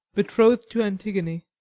betrothed to antigone.